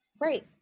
great